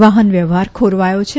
વાહનવ્યવહાર ખોરવાયો છે